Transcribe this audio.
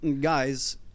guys